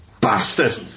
Bastard